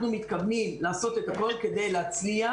אנחנו מתכוונים לעשות את הכול כדי להצליח